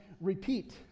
repeat